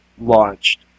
launched